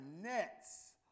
nets